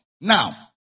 Now